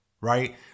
right